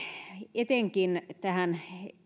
etenkin tähän